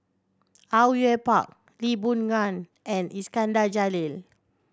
Au Yue Pak Lee Boon Ngan and Iskandar Jalil